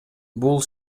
бул